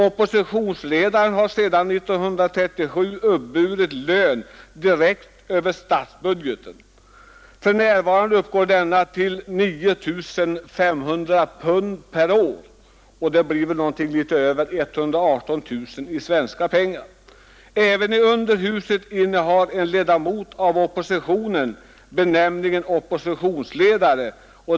Oppositionsledaren har sedan 1937 uppburit lön direkt över statsbudgeten. För närvarande uppgår lönen till 9 500 pund per år, det blir väl något över 118 000 i svenska pengar. Även i överhuset innehar en ledamot av oppositionen benämningen oppositionsledare.